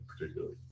particularly